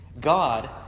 God